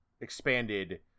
expanded